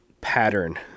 pattern